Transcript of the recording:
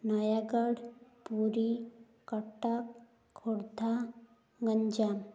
Nayagarh Puri Cuttack Khordha Ganjam